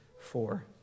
four